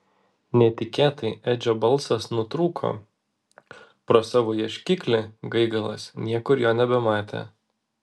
netikėtai edžio balsas nutrūko pro savo ieškiklį gaigalas niekur jo nebematė